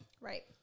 Right